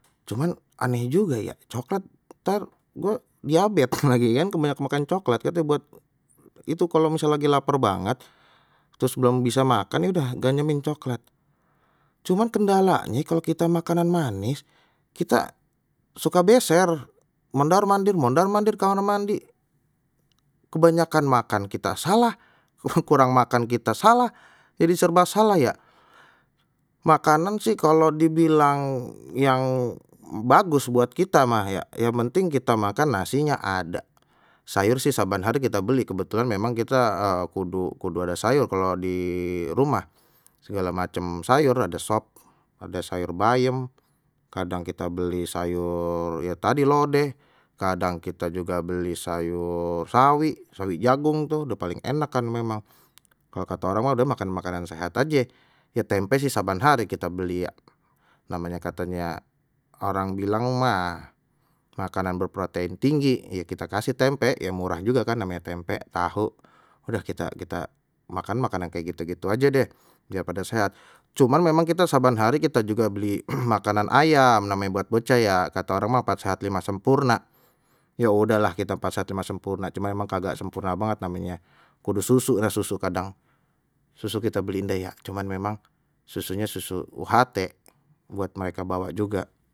Cuman aneh juga ya coklat ntar gua diabet, lagian kebanyakan makan coklat kate buat itu kalau misal lagi lapar banget terus belum bisa makan ya udah ganyemin coklat, cuman kendalanye kalau kita makanan manis kita suka beser mondar mandir mondar mandir kamar mandi, kebanyakan makan kita salah kurang makan kita salah jadi serba salah ya makanan sih kalau dibilang yang bagus buat kita mah ya. Makanan sih kalau dibilang yang bagus buat kita mah ya yang penting kita makan nasinya ada, sayur sih saban hari kita beli kebetulan memang kita kudu kudu ada sayur kalau di rumah segala macem sayur ada sop, ada sayur bayam, kadang kita beli sayur ya tadi lodeh, kadang kita juga beli sayur sawi, sawi jagung, tuh udah paling enak kan memang kalau kata orang mah udah makan makanan sehat aje ya tempe sih saban hari kita beli ya, namanya katanya orang bilang mah makanan berprotein tinggi ya kita kasih tempe yang murah juga kan namanya tempe tahu, aduh kita kita makan makanan kayak gitu-gitu aja deh udah pada sehat cuman memang kita saban hari kita juga beli makanan ayam namanya buat bocah ya, kata orang mah empat sehat lima sempurna ya udahlah kita paksa cuma sempurna cuma emang kagak sempurna banget, namanye kudu susu nah susu kadang susu kita beliin dah ya cuman memang susunya susu uht buat mereka bawa juga.